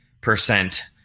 percent